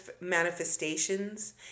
manifestations